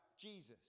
Jesus